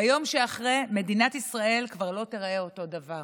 ביום שאחרי מדינת ישראל כבר לא תיראה אותו הדבר,